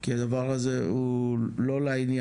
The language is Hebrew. כי הדבר הזה לא לעניין.